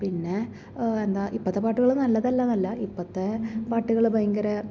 പിന്നേ എന്താ ഇപ്പത്തെ പാട്ടുകൾ നല്ലതല്ല എന്നല്ല ഇപ്പത്തേ പാട്ടുകള് ഭയങ്കര